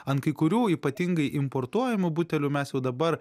ant kai kurių ypatingai importuojamų butelių mes jau dabar